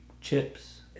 chips